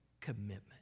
commitment